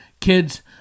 Kids